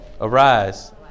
arise